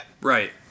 Right